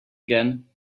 again